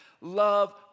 love